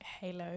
Halo